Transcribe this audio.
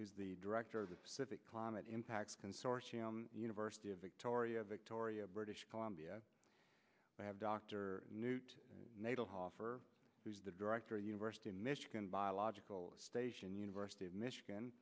he's the director of the specific climate impacts consortium university of victoria victoria british columbia we have dr newt natal hoffer who's the director of university of michigan biological station university of michigan